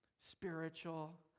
spiritual